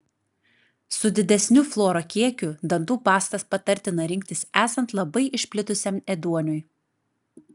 su didesniu fluoro kiekiu dantų pastas patartina rinktis esant labai išplitusiam ėduoniui